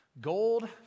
gold